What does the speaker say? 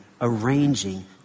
arranging